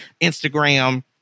Instagram